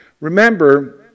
Remember